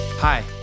Hi